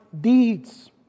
deeds